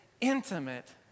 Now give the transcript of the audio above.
intimate